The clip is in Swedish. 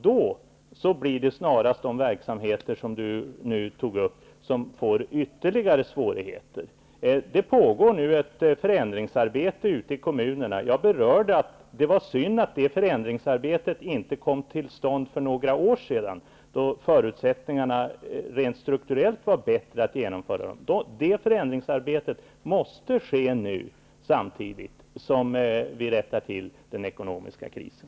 Då blir det snarast de verksamheter som Lisbet Calner nu tog upp som får ytterligare svårigheter. Det pågår nu ett förändringsarbete ute i kommunerna. Jag berörde tidigare att det var synd att det förändringsarbetet inte kom till stånd för några år sedan, då förutsättningarna rent strukturellt var bättre. Detta förändringsarbete måste ske nu, samtidigt som vi tar itu med den ekonomiska krisen.